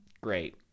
great